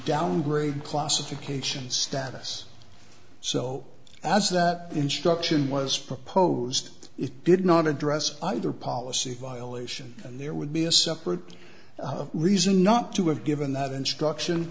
downgrade classification status so as that instruction was proposed it did not address either policy violation and there would be a separate reason not to have given that instruction